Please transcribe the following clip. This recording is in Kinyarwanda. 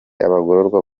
abagororwa